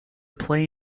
play